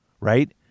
right